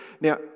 Now